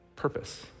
Purpose